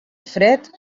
fred